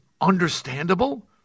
understandable